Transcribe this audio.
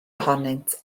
ohonynt